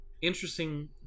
Interesting